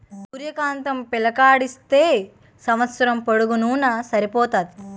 సూర్య కాంతం పిక్కలాడించితే సంవస్సరం పొడుగునూన సరిపోతాది